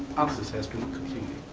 has been completed.